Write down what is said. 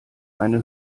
eine